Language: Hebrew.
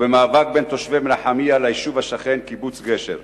והמאבק בין תושבי מנחמיה ליישוב השכן, קיבוץ גשר.